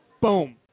boom